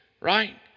right